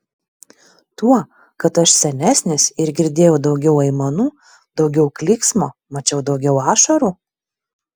tuo kad aš senesnis ir girdėjau daugiau aimanų daugiau klyksmo mačiau daugiau ašarų